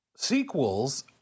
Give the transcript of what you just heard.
sequels